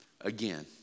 again